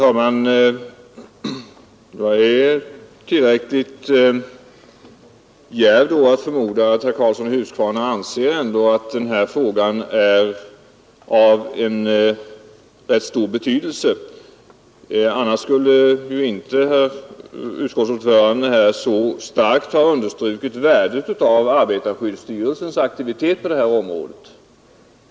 Herr talman! Jag är då tillräckligt djärv att förmoda att herr Karlsson i Huskvarna ändå anser att den fråga som jag tagit upp är av rätt stor betydelse. Annars skulle ju inte herr utskottsordföranden så starkt understrukit värdet av arbetarskyddstyrelsens aktivitet på området.